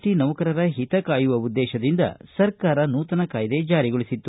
T ನೌಕರರ ಹಿತ ಕಾಯುವ ಉದ್ದೇತದಿಂದ ಸರ್ಕಾರ ನೂತನ ಕಾಯ್ದೆ ಜಾರಿಗೊಳಿಸಿತ್ತು